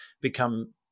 become